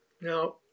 Now